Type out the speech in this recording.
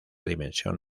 dimensión